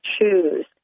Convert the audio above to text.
choose